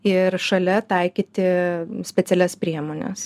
ir šalia taikyti specialias priemones